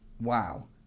Wow